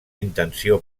intenció